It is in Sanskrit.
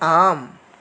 आम्